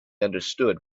understood